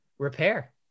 Repair